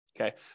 Okay